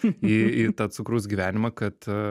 į į tą cukrus gyvenimą kad